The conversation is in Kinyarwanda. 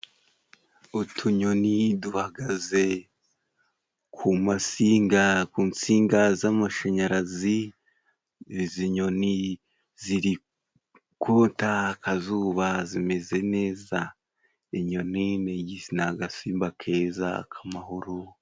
Utunyoni duhagaze ku masinga ku nsinga z'amashanyarazi. Izi nyoni ziri kota akazuba zimeze neza inyoni ni agasimba keza k'amahoro.